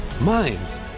minds